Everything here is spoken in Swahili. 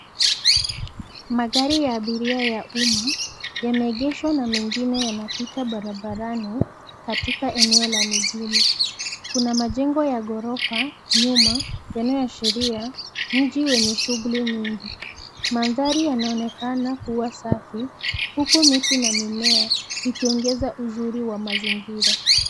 Magari ya abiria ya uma, yameegeshwa na mengine yanapita barabarani, katika eneo la mijini. Kuna majengo ya ghorofa, nyuma, yanayo ashiria, mji wenye shughuli nyingi. Mandhari yanaonekana kua safi, huku miti na mimea ikiongeza uzuri wa mazingira.